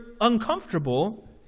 uncomfortable